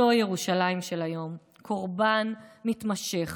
זו ירושלים של היום, קורבן מתמשך,